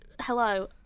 hello